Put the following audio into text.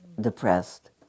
depressed